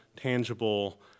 tangible